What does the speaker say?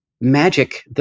Magic